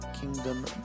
Kingdom